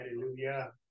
Hallelujah